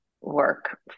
work